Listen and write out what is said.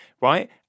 right